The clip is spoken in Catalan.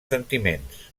sentiments